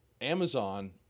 Amazon